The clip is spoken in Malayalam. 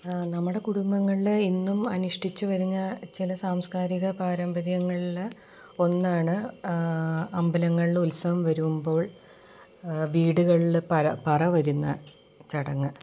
നമ്മുടെ കുടുംബങ്ങളിൽ എന്നും അനുഷ്ഠിച്ച് വരുന്ന ചില സാംസ്ക്കാരിക പാരമ്പര്യങ്ങളിൽ ഒന്നാണ് അമ്പലങ്ങളിൽ ഉത്സവം വരുമ്പോൾ വീടുകളിൽ പറ പറ വരുന്ന ചടങ്ങ്